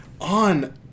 on